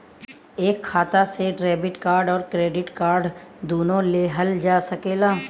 एक खाता से डेबिट कार्ड और क्रेडिट कार्ड दुनु लेहल जा सकेला?